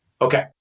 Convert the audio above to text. Okay